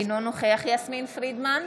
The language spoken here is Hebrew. אינו נוכח יסמין פרידמן,